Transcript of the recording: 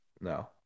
No